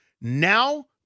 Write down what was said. now